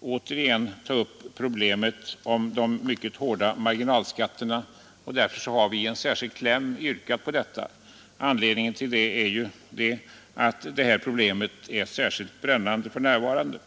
åter ta upp problemet om de mycket hårda marginalskatterna. Därför har vi i en särskild kläm yrkat på detta. Anledningen är att dessa problem är särskilt brännande för närvarande.